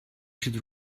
should